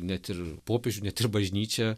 net ir popiežių net ir bažnyčią